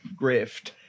grift